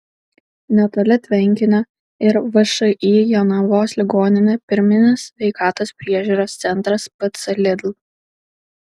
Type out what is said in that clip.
netoli tvenkinio ir všį jonavos ligoninė pirminės sveikatos priežiūros centras pc lidl